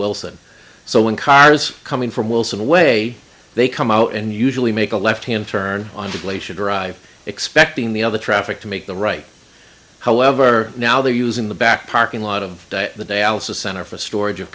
wilson so when cars coming from wilson away they come out and usually make a left hand turn on the glacier drive expecting the other traffic to make the right however now they're using the back parking lot of the day also center for storage of